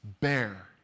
bear